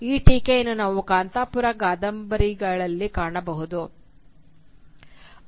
ಈ ಟೀಕೆಯನ್ನು ನಾವು "ಕಾಂತಪುರ" ಕಾದಂಬರಿಯಲ್ಲಿ ಕಾಣಬಹುದು